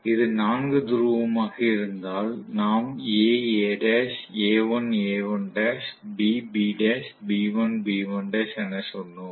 இது 4 துருவமாக இருந்தால் நாம் A Al A1 A1l B Bl B1 B1l என சொன்னோம்